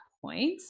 point